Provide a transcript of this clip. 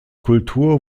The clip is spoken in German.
kultur